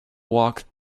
walked